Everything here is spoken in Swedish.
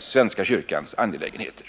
svenska kyrkans angelägenheter.